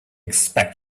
expect